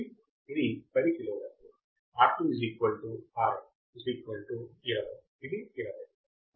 R2 Rf 20 ఇది 20